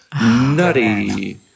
nutty